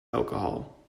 alcohol